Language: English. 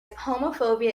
homophobia